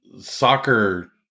soccer